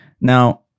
Now